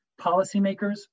policymakers